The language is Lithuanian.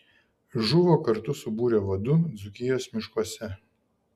žuvo kartu su būrio vadu dzūkijos miškuose